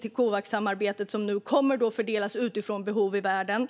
till Covaxsamarbetet, och de kommer nu att fördelas utifrån behov i världen.